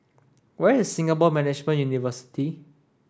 where is Singapore Management University